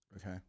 Okay